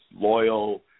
Loyal